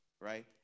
right